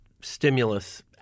stimulus